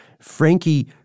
Frankie